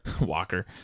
Walker